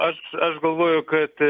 aš aš galvoju kad